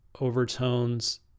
overtones